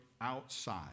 outside